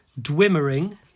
Dwimmering